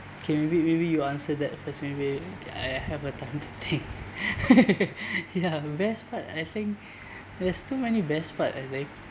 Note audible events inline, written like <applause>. okay maybe maybe you answer that first maybe I have a time to think <laughs> ya best part I think there's too many best part I think